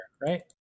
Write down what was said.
right